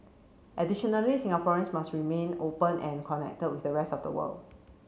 additionally Singaporeans must remain open and connected with the rest of the world